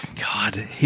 god